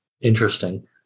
Interesting